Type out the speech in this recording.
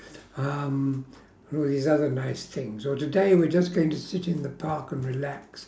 um all these other nice things or today we're just going to sit in the park and relax